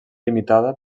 limitada